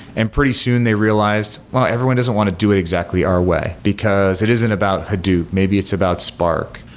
and pretty soon they realized, well, everyone doesn't want to do it exactly our way, because it isn't about hadoop. maybe it's about spark,